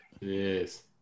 Yes